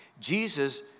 Jesus